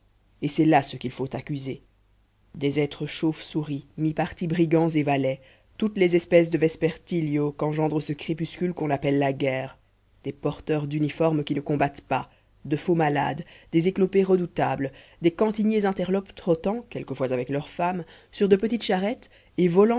et c'est là ce qu'il faut accuser des êtres chauves-souris mi-partis brigands et valets toutes les espèces de vespertilio qu'engendre ce crépuscule qu'on appelle la guerre des porteurs d'uniformes qui ne combattent pas de faux malades des éclopés redoutables des cantiniers interlopes trottant quelquefois avec leurs femmes sur de petites charrettes et